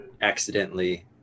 accidentally